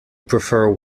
prefer